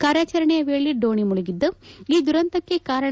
ಕಾರ್ಯಾಚರಣೆ ವೇಳೆ ದೋಣಿ ಮುಳುಗಿದ್ದೆ ಈ ದುರಂತಕ್ಕೆ ಕಾರಣ